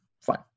fine